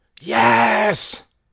Yes